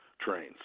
trains